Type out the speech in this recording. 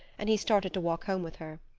and he started to walk home with her.